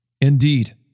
Indeed